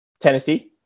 Tennessee